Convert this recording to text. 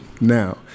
now